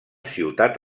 ciutat